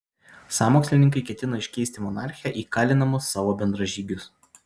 sąmokslininkai ketino iškeisti monarchę į kalinamus savo bendražygius